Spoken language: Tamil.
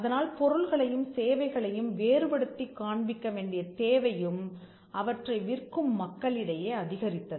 அதனால் பொருள்களையும் சேவைகளையும் வேறுபடுத்திக் காண்பிக்க வேண்டிய தேவையும் அவற்றை விற்கும் மக்களிடையே அதிகரித்தது